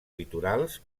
litorals